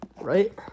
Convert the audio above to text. Right